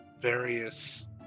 various